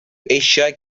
eisiau